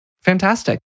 Fantastic